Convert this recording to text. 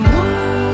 one